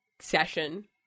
session